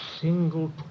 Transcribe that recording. single